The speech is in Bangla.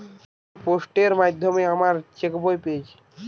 আমি পোস্টের মাধ্যমে আমার চেক বই পেয়েছি